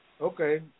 Okay